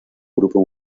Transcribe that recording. grupo